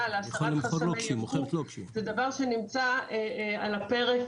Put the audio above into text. להסרת חסמי ייבוא זה דבר שנמצא על הפרק